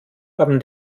haben